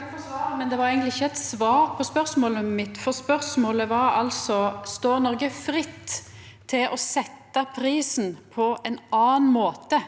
takkar for svaret, men det var eigentleg ikkje eit svar på spørsmålet mitt, for spørsmålet var altså: Står Noreg fritt til å setja prisen på ein annan måte